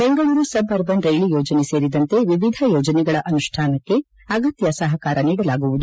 Bengaluru suburban rail ಯೋಜನೆ ಸೇರಿದಂತೆ ವಿವಿಧ ಯೋಜನೆಗಳ ಅನುಷ್ಠಾನಕ್ಕೆ ಅಗತ್ತ ಸಹಕಾರ ನೀಡಲಾಗುವುದು